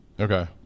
okay